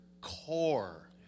core